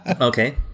Okay